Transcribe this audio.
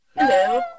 Hello